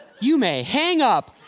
you may hang up.